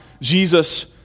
Jesus